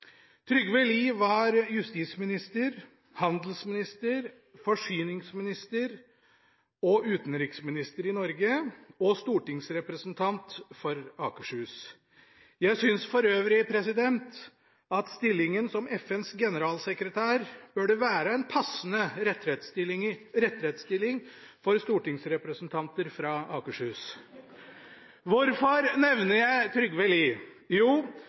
Trygve Lie var justisminister, handelsminister, forsyningsminister og utenriksminister i Norge og stortingsrepresentant for Akershus. Jeg synes for øvrig at stillingen som FNs generalsekretær burde være en passende retrettstilling for stortingsrepresentanter fra Akershus. Hvorfor nevner jeg Trygve Lie? Jo,